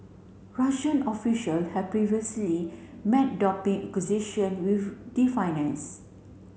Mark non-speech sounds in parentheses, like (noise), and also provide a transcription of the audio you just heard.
Russian official have previously met doping accusation with (unintelligible)